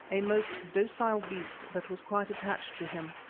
a most docile beast that was quite attached to him.